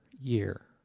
year